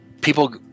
people